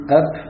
up